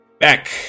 Back